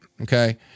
Okay